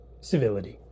civility